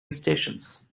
stations